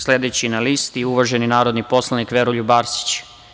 Sledeći na listi, uvaženi narodni poslanik Veroljub Arsić.